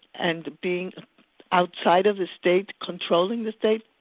and being outside of the state controlling the state.